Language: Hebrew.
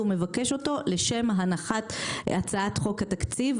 הוא מבקש אותו לשם הנחת הצעת חוק התקציב.